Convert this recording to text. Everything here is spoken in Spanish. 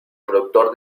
productor